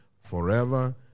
forever